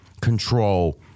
control